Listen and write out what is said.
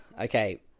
Okay